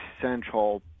central